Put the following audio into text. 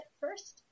first